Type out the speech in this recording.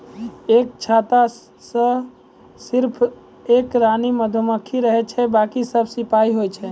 एक छत्ता मॅ सिर्फ एक रानी मधुमक्खी रहै छै बाकी सब सिपाही होय छै